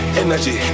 energy